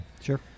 Sure